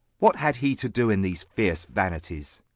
what had he to do in these fierce vanities?